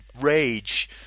Rage